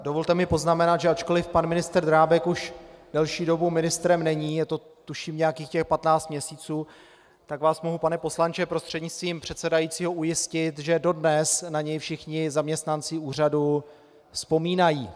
Dovolte mi poznamenat, že ačkoliv pan ministr Drábek už delší dobu ministrem není, je to tuším nějakých těch 15 měsíců, tak vás mohu, pane poslanče prostřednictvím předsedajícího, ujistit, že dodnes na něj všichni zaměstnanci úřadu vzpomínají.